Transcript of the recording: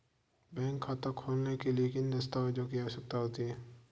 Bank खाता खोलने के लिए किन दस्तावेज़ों की आवश्यकता होती है?